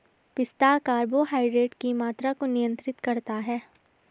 पिस्ता कार्बोहाइड्रेट की मात्रा को नियंत्रित करता है